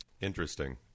interesting